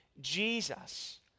Jesus